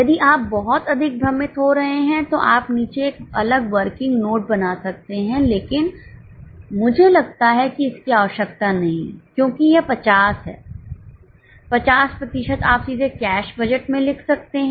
यदि आप बहुत अधिक भ्रमित हो रहे हैं तो आप नीचे एक अलग वर्किंग नोट बना सकते हैं लेकिन मुझे लगता है कि इसकी आवश्यकता नहीं है क्योंकि यह 50 है 50 प्रतिशत आप सीधे कैश बजट में लिख सकते हैं